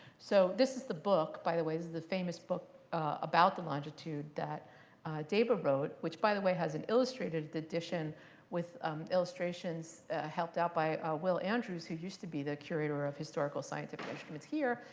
so this is the book, by the way. this is the famous book about the longitude that dava wrote, which by the way has an illustrated edition with illustrations helped out by will andrews, who used to be the curator of historical scientific instruments here.